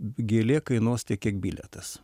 gėlė kainuos tiek kiek bilietas